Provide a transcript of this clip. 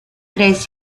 tres